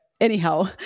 anyhow